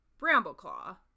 Brambleclaw